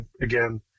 again